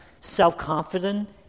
self-confident